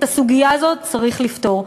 את הסוגיה הזאת צריך לפתור.